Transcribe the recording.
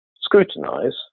scrutinize